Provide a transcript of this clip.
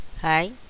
Hi